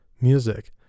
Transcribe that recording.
music